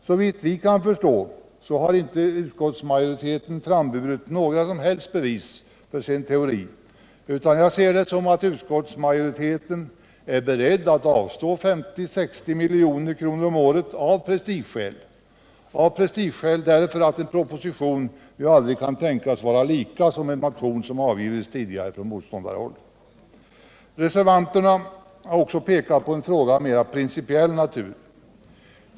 Såvitt vi kan förstå har utskottsmajoriteten inte anfört några bevis för sin teori, utan jag ser det så att utskottsmajoriteten är beredd att avstå 50-60 milj.kr. om året av prestigeskäl, därför att en proposition ju aldrig kan tänkas vara lik en motion som avgivits från motståndarhåll. Reservanterna har också pekat på en fråga av mera principiell natur.